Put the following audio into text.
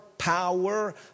Power